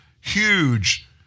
huge